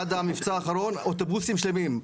עד המבצע האחרון, אוטובוסים שלמים.